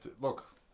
Look